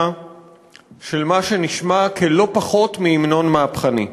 של מה שנשמע כלא-פחות מהמנון מהפכני: